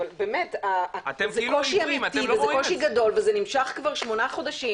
אבל באמת זה קושי אמיתי וזה קושי גדול וזה נמשך כבר שמונה חודשים